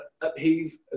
upheave